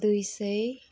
दुई सय